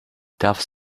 doves